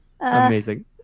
Amazing